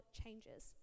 changes